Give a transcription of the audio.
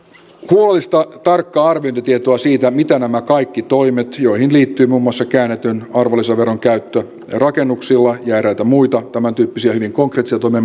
huolellista tarkkaa arviointitietoa siitä mitä nämä kaikki toimet joihin liittyy muun muassa käännetyn arvonlisäveron käyttö rakennuksilla ja eräitä muita tämäntyyppisiä hyvin konkreettisia toimia